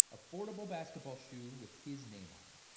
affordable basketball shoe with his name on it.